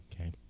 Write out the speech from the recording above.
okay